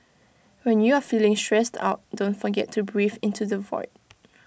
when you are feeling stressed out don't forget to breathe into the void